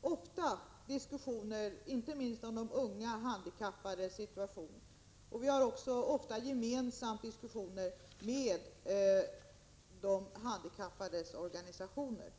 ofta diskussioner, inte minst om de unga handikappades situation. Vi har också ofta gemensamt överläggningar med de handikappades organisationer.